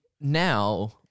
now